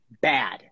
Bad